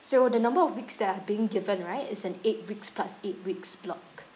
so the number of weeks that are being given right is an eight weeks plus eight weeks block